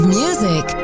music